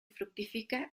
fructifica